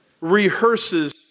rehearses